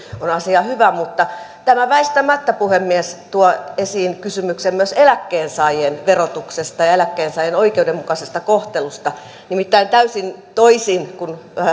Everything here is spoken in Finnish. on asia hyvä mutta tämä väistämättä puhemies tuo esiin kysymyksen myös eläkkeensaajien verotuksesta ja eläkkeensaajien oikeudenmukaisesta kohtelusta nimittäin täysin toisin kuin